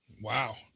Wow